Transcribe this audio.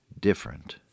different